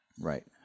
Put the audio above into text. Right